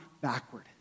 backward